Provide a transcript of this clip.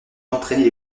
d’entraîner